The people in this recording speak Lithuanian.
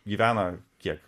gyvena kiek